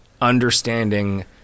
understanding